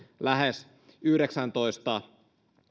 lähes yhdeksääntoista